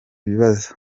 ibibazo